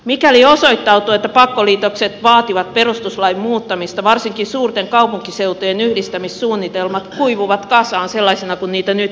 mikäli osoittautuu että pakkoliitokset vaativat perustuslain muuttamista varsinkin suurten kaupunkiseutujen yhdistämissuunnitelmat kuivuvat kasaan sellaisina kuin niitä nyt esitetään